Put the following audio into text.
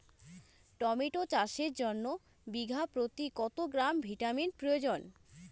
Tomato চাষের জন্য বিঘা প্রতি কত গ্রাম ভিটামিন প্রয়োজন?